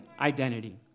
identity